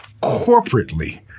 corporately